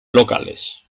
locales